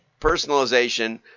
personalization